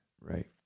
Right